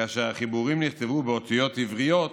כאשר החיבורים נכתבו באותיות עבריות,